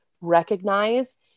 recognize